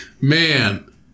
Man